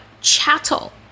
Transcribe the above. chattel